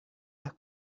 las